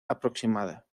aproximada